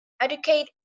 educate